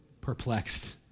Perplexed